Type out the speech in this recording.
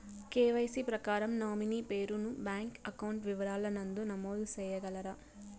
KYC ప్రకారం nominee పేరు ను బ్యాంకు అకౌంట్ వివరాల నందు నమోదు సేయగలరా?